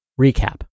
Recap